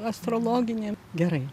astrologinėm gerai